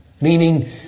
Meaning